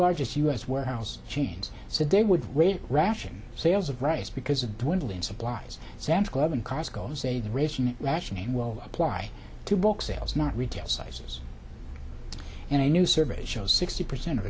largest u s warehouse chains said they would raid ration sales of rice because of dwindling supplies sam's club and cosco say the rationing rationing will apply to book sales not retail sizes and a new survey shows sixty percent o